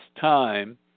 time